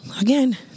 again